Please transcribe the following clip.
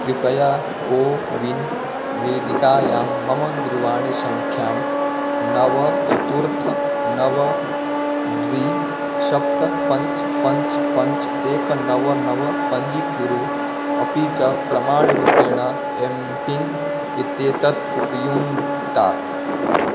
कृपया कोविन् वेदिकायां मम दूर्वाणीसङ्ख्यां नव चत्वारि नव द्वे सप्त पञ्च पञ्च पञ्च एकं नव नव पञ्जीकुरु अपि च प्रमाणरूपेण एम्पिन् इत्येतत् उपयुङ्क्तात्